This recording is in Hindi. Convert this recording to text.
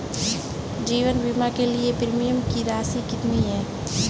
जीवन बीमा के लिए प्रीमियम की राशि कितनी है?